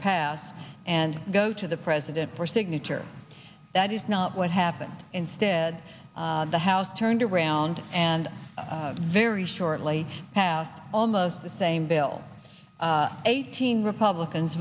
pass and go to the president for signature that is not what happened instead the house turned around and very shortly passed almost the same bill eighteen republicans